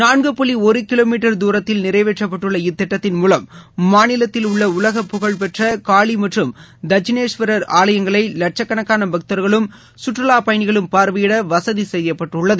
நான்கு புள்ளி ஒரு கிலோ மீட்டர் தூரத்தில் நிறைவேற்றப்பட்டுள்ள இத்திட்டத்தின் மூலம் மாநிலத்தில் உள்ள உலக புகழ்பெற்ற காளி மற்றும் தட்சினேஷ்வர் ஆலயங்களை லட்ச கணக்கான பக்தர்களும் சுற்றுலா பயணிகளும் பார்வையிட வசதி செய்யப்பட்டுள்ளது